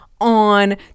on